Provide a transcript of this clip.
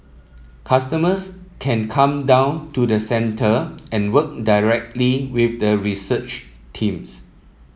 customers can come down to the centre and work directly with the research teams